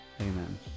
Amen